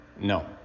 No